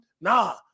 Nah